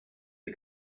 are